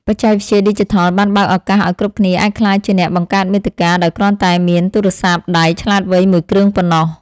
បច្ចេកវិទ្យាឌីជីថលបានបើកឱកាសឱ្យគ្រប់គ្នាអាចក្លាយជាអ្នកបង្កើតមាតិកាដោយគ្រាន់តែមានទូរស័ព្ទដៃឆ្លាតវៃមួយគ្រឿងប៉ុណ្ណោះ។